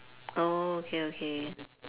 oh okay okay